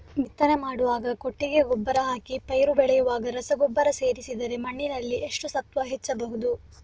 ಬಿತ್ತನೆ ಮಾಡುವಾಗ ಕೊಟ್ಟಿಗೆ ಗೊಬ್ಬರ ಹಾಕಿ ಪೈರು ಬೆಳೆಯುವಾಗ ರಸಗೊಬ್ಬರ ಸೇರಿಸಿದರೆ ಮಣ್ಣಿನಲ್ಲಿ ಎಷ್ಟು ಸತ್ವ ಹೆಚ್ಚಬಹುದು?